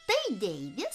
tai deivis